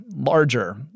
larger